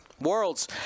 Worlds